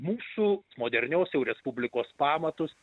mūsų modernios jau respublikos pamatus